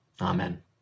Amen